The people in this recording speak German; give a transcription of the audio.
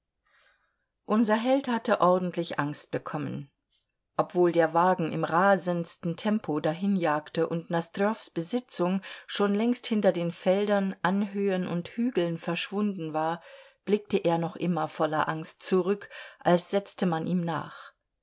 unser held hatte ordentlich angst bekommen obwohl der wagen im rasendsten tempo dahinjagte und nosdrjows besitzung schon längst hinter den feldern anhöhen und hügeln verschwunden war blickte er noch immer voller angst zurück als setzte man ihm nach